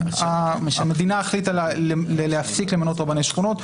המדינה החליטה להפסיק למנות רבני שכונות,